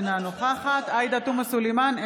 אינה נוכחת עאידה תומא סלימאן,